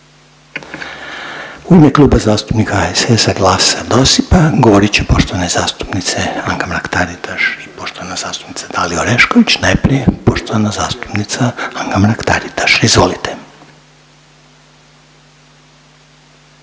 U ime Kluba zastupnika HSS-a, GLAS-a, DOSIP-a govorit će poštovane zastupnice Anka Mrak-Taritaš i poštovana zastupnica Dalija Orešković. Najprije poštovana zastupnica Anka Mrak-Taritaš, izvolite.